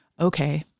okay